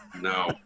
no